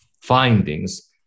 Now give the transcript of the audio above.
findings